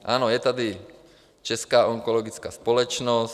Ano, je tady Česká onkologická společnost.